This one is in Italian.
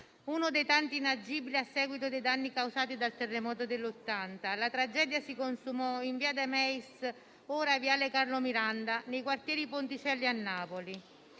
uno dei tanti inagibili a seguito dei danni causati dal terremoto del 1980. La tragedia si consumò in via De Meis, ora viale Carlo Miranda, nel quartiere Ponticelli a Napoli.